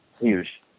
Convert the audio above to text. Huge